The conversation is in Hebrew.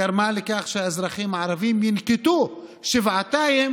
גרמה לכך שהאזרחים הערבים ינקטו שבעתיים